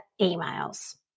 emails